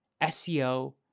SEO